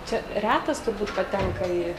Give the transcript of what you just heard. čia retas turbūt patenka į